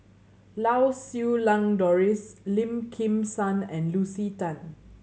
Lau Siew Lang Doris Lim Kim San and Lucy Tan